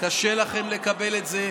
תמשיכו לזלזל במפגינים.